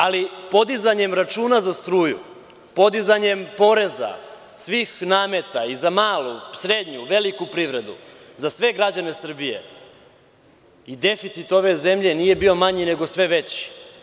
Ali, podizanjem računa za struju, podizanjem poreza, svih nameta i za malu, srednju, veliku privredu, za sve građane Srbije i deficit ove zemlje nije bio manji, nego sve veći.